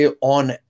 On